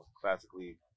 classically